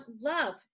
Love